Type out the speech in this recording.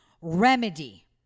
remedy